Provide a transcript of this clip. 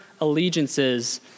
allegiances